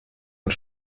und